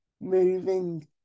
moving